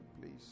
please